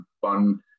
fun